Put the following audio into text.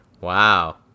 Wow